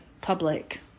public